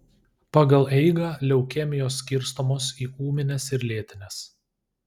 pagal eigą leukemijos skirstomos į ūmines ir lėtines